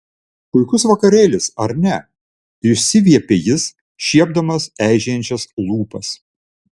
puikus vakarėlis ar ne išsiviepė jis šiepdamas eižėjančias lūpas